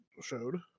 showed